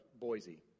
Boise